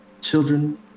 Children